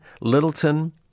Littleton